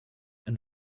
and